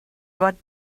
what